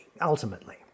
ultimately